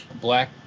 black